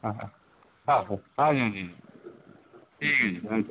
ਹਾਂ ਆਹੋ ਹਾਂਜੀ ਹਾਂਜੀ ਹਾਂਜੀ ਠੀਕ ਹੈ ਜੀ ਓਕ